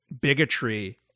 bigotry